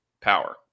power